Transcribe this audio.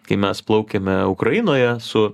kai mes plaukėme ukrainoje su